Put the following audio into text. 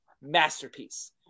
masterpiece